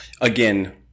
Again